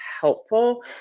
helpful